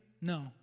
No